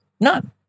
none